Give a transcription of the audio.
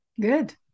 Good